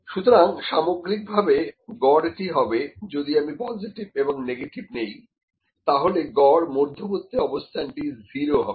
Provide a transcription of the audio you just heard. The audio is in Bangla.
সুতরাং সামগ্রিকভাবে গড়টি হবে যদি আমি পজিটিভ এবং নেগেটিভ নিই তাহলে গড় মধ্যবর্তী অবস্থানটি 0 হবে